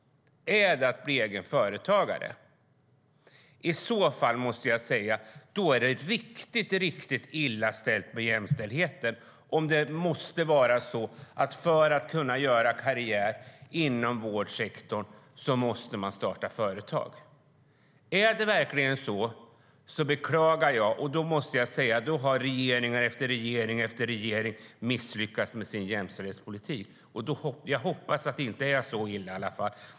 Är det att bli egen företagare? Jag måste säga att det är riktigt illa ställt med jämställdheten om man för att kunna göra karriär inom vårdsektorn måste starta företag. Jag beklagar om det verkligen är så. Då har regering efter regering misslyckats med sin jämställdhetspolitik. Jag hoppas att det inte är så illa.